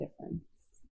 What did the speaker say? difference